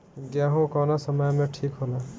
गेहू कौना समय मे ठिक होला?